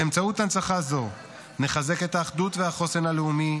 באמצעות הנצחה זו נחזק את האחדות והחוסן הלאומי,